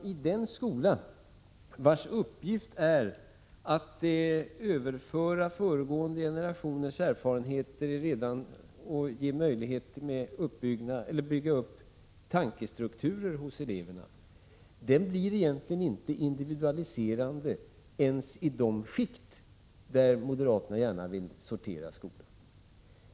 Men den skola vars uppgift är att överföra föregående generationers erfarenheter och att bygga upp tankestrukturer hos eleverna blir egentligen inte individualiserande ens i de skikt som moderaterna gärna vill sortera skolan i.